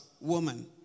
woman